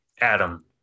Adam